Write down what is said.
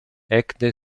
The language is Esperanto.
ekde